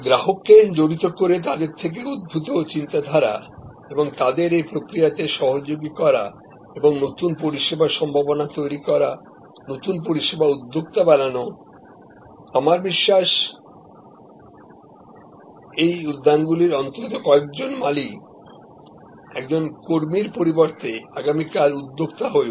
গ্রাহককে জড়িত করে তাদের থেকে উদ্ভুতচিন্তা ধারা এবংতাদের এই প্রক্রিয়াতে সহযোগীকরা এবং নতুন পরিষেবা সম্ভাবনা তৈরি করা নতুন পরিষেবা উদ্যোক্তা বানানো আমরা বিশ্বাস করি যে এই উদ্যানগুলির অন্তত কয়েকজন মালিএকজন কর্মীর পরিবর্তে আগামীকাল উদ্যোক্তা হয়ে উঠবে